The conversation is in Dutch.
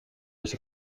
dus